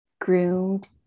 groomed